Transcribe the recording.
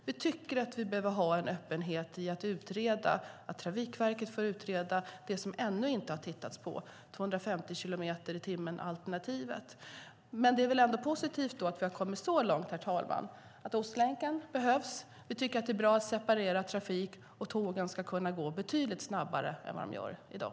Vi tycker att vi behöver ha en öppenhet i att utreda, att Trafikverket ska utreda det man ännu inte har tittat på, det vill säga alternativet 250 kilometer i timmen. Det är väl ändå positivt att vi har kommit så långt, herr talman, att Ostlänken behövs, att vi tycker att det är bra att separera trafik och att tågen ska kunna gå betydligt snabbare än vad de gör i dag.